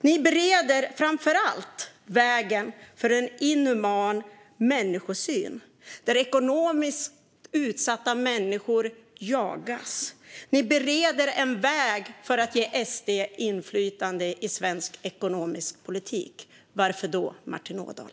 Ni bereder framför allt vägen för en inhuman människosyn där ekonomiskt utsatta människor jagas. Ni bereder en väg för att ge SD inflytande i svensk ekonomisk politik. Varför då, Martin Ådahl?